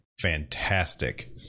fantastic